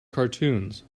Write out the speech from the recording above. cartoons